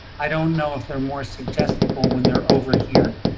i don't know if they're more suggestible when they're over here.